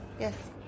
yes